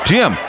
Jim